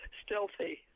stealthy